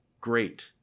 great